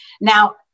Now